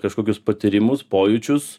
kažkokius patyrimus pojūčius